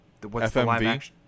FMV